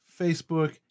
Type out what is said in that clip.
Facebook